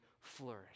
flourish